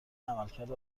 عملکرد